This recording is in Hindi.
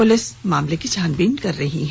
पुलिस मामले की छानबीन कर रही है